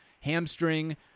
hamstring